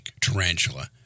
tarantula